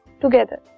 together